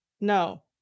no